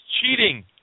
cheating